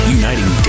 uniting